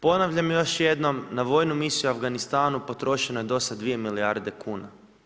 Ponavljam još jednom, na vojnu misiju u Afganistanu potrošeno je do sada 2 milijarde kuna.